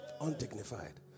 Undignified